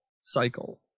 cycle